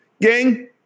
gang